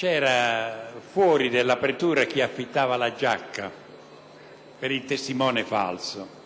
era davanti alla pretura chi affittava la giacca per il testimone falso.